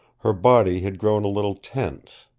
her body had grown a little tense.